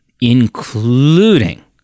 including